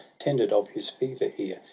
tended of his fever here,